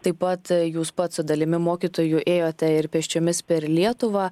taip pat jūs pats su dalimi mokytojų ėjote ir pėsčiomis per lietuvą